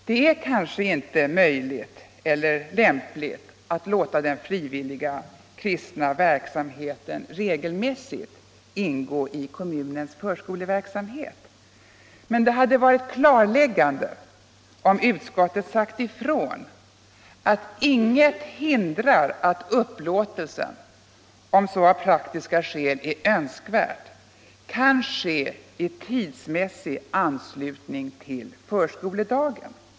Det är kanske inte möjligt eller lämpligt att låta den frivilliga kristna verksamheten regelmässigt ingå i kommunens förskoleverksamhet. Men det hade varit klarläggande om utskottet sagt ifrån att inget hindrar att upplåtelsen, om så av praktiska skäl är Önskvärt. kan ske i tidsmässig anslutning till förskoledagen.